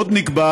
עוד נקבע